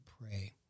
pray